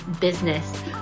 business